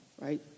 right